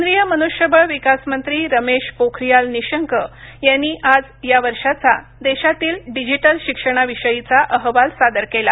केंद्रीय मनुष्यबळ विकास मंत्री रमेश पोखरियाल निशंक यांनी आज या वर्षाचा देशातील डिजिटल शिक्षणाविषयीचा अहवाल सादर केला